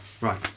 Right